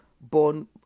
born